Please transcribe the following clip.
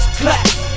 clap